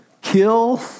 kill